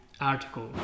article